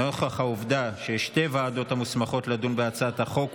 נוכח העובדה שיש שתי ועדות המוסמכות לדון בהצעת החוק,